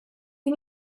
can